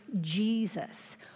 Jesus